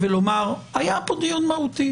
לפרש את זה ולומר: היה פה דיון מהותי.